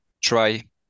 try